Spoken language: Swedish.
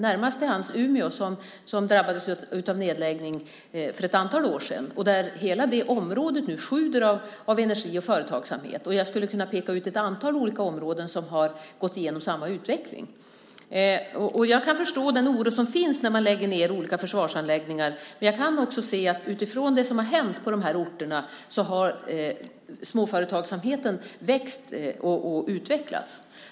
Närmast till hands ligger Umeå, som drabbades av nedläggning för ett antal år sedan. Hela det området sjuder nu av energi och företagsamhet. Jag skulle kunna peka ut ett antal olika områden som har gått igenom samma utveckling. Jag kan förstå den oro som finns när man lägger ned olika försvarsanläggningar, men jag kan också se att utifrån det som har hänt på de här orterna har småföretagsamheten växt och utvecklats.